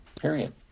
period